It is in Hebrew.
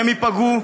והן ייפגעו,